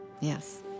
yes